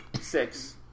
six